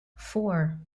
four